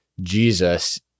Jesus